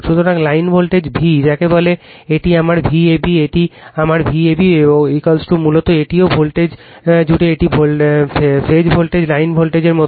সুতরাং line voltage V যাকে বলে এটি আমার Vab এটি আমার Vab মূলত এটিও ভোল্টেজ জুড়ে এটি ফেজ ভোল্টেজটি লাইন ভোল্টেজের মতোই